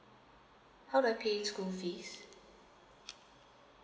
how do I pay school fees